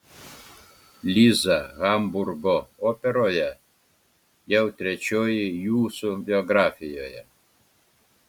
liza hamburgo operoje jau trečioji jūsų biografijoje